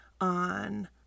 on